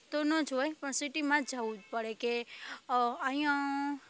તો ન જ હોય પણ સિટીમાં જ જવું જ પડે કે અહીં